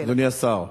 אדוני השר,